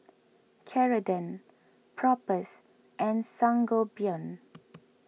Ceradan Propass and Sangobion